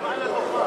לא מעל הדוכן.